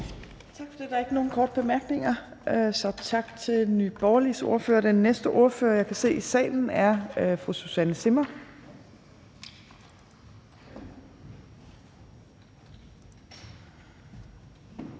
Tak for det. Der er ikke nogen korte bemærkninger, så tak til Nye Borgerliges ordfører. Den næste ordfører, jeg kan se i salen, er fru Susanne Zimmer.